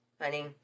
Honey